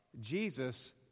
Jesus